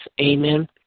Amen